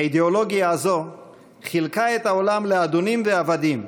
האידיאולוגיה הזאת חילקה את העולם לאדונים ועבדים,